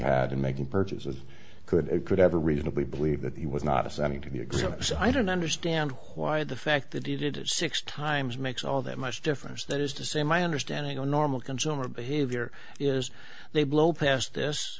had in making purchases could it could ever reasonably believe that he was not ascending to the exam so i don't understand why the fact that he did it six times makes all that much difference that is to say my understanding or normal consumer behavior is they blow past this